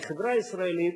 כחברה ישראלית,